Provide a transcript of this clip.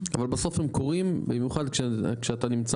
אבל בסוף הם קורים במיוחד כשאתה נמצא